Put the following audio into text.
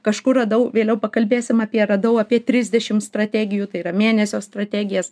kažkur radau vėliau pakalbėsim apie radau apie trisdešim strategijų tai yra mėnesio strategijas